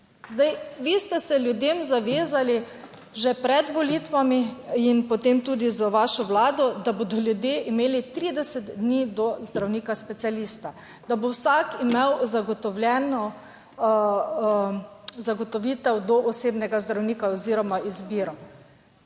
Vi ste se ljudem zavezali že pred volitvami in potem tudi z vašo vlado, da bodo ljudje imeli 30 dni do zdravnika specialista, da bo vsak imel zagotovljeno zagotovitev do osebnega zdravnika oziroma izbiro.